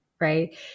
right